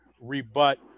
rebut